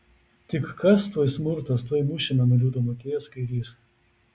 tik kas tuoj smurtas tuoj mušime nuliūdo motiejus kairys